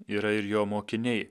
yra ir jo mokiniai